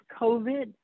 COVID